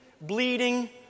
bleeding